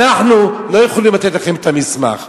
אנחנו לא יכולים לתת לכם את המסמך,